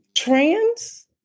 Trans